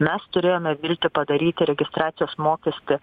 mes turėjome viltį padaryti registracijos mokestį